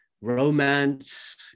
romance